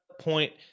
point